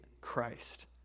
christ